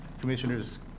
commissioners